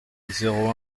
zéro